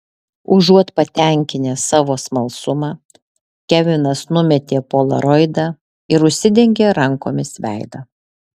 užuot patenkinęs savo smalsumą kevinas numetė polaroidą ir užsidengė rankomis veidą